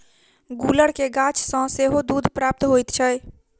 गुलर के गाछ सॅ सेहो दूध प्राप्त होइत छै